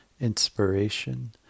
inspiration